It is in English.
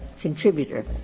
contributor